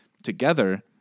Together